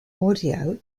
audio